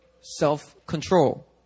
self-control